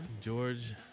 George